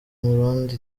umurundi